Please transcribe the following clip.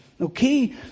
Okay